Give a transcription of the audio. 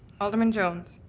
alderman jones?